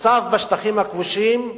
המצב בשטחים הכבושים רועש.